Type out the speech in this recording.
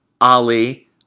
Ali